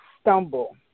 stumble